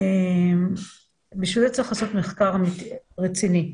צריך לעשות מחקר רציני.